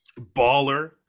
baller